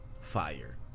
fire